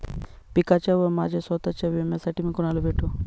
पिकाच्या व माझ्या स्वत:च्या विम्यासाठी मी कुणाला भेटू?